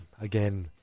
Again